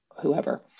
whoever